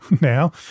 now